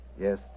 Yes